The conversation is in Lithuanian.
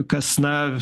kas na